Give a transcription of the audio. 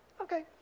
Okay